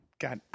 God